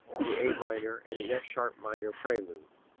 the a minor, and the f sharp minor prelude.